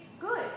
good